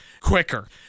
quicker